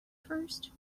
first